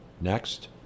Next